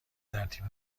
ترتیب